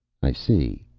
i see.